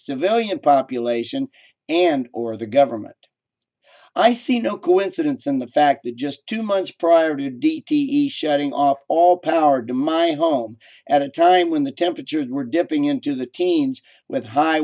civilian population and or the government i see no coincidence in the fact that just two months prior to d t e shutting off all power to my home at a time when the temperatures were dipping into the teens with high